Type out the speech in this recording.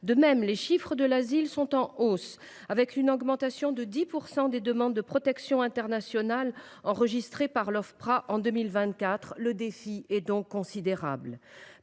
De même, les chiffres de l’asile sont en hausse, avec une augmentation de 10 % des demandes de protection internationale enregistrées par l’Ofpra en 2024. Le défi est donc considérable.